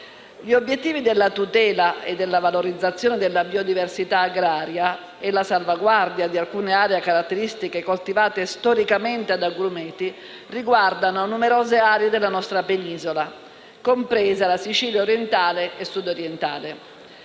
Gli obiettivi della tutela e della valorizzazione della biodiversità agraria e la salvaguardia di alcune aree caratteristiche coltivate storicamente ad agrumeti riguardano numerose aree della nostra Penisola, compresa la Sicilia orientale e Sud-orientale.